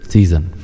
Season